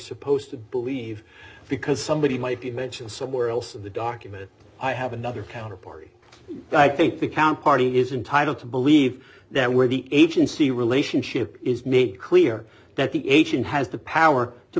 supposed to believe because somebody might be mentioned somewhere else in the document i have another counter party that i think the counter party is entitle to believe that where the agency relationship is made clear that the agent has the power to